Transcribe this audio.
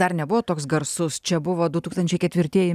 dar nebuvo toks garsus čia buvo du tūkstančiai ketvirtieji